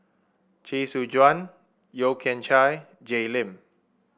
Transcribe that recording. Chee Soon Juan Yeo Kian Chai Jay Lim